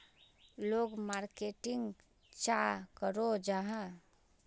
लोग मार्केटिंग चाँ करो जाहा?